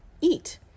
eat